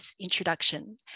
introduction